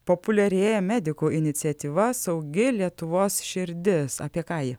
populiarėja medikų iniciatyva saugi lietuvos širdis apie ką ji